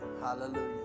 Hallelujah